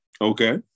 Okay